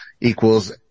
equals